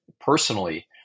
personally